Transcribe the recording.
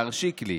השר שיקלי.